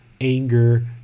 anger